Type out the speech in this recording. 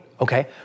okay